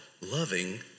loving